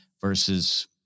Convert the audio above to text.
versus